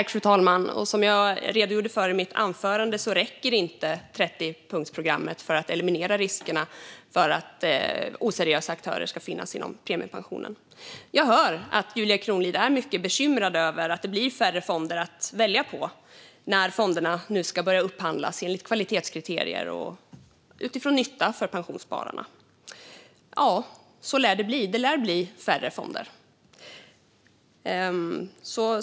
Fru talman! Som jag redogjorde för i mitt anförande räcker det inte med 30-punktsprogrammet för att eliminera riskerna för att oseriösa aktörer ska finnas inom premiepensionen. Jag hör att Julia Kronlid är mycket bekymrad över att det blir färre fonder att välja på när fonderna nu ska börja upphandlas enligt kvalitetskriterier och utifrån nytta för pensionsspararna. Så lär det bli. Det lär bli färre fonder.